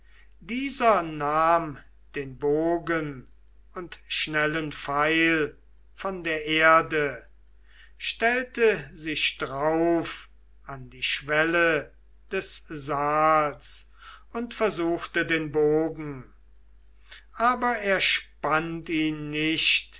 dieser nahm den bogen und schnellen pfeil von der erde stellte sich drauf an die schwelle des saals und versuchte den bogen aber er spannt ihn nicht